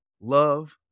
love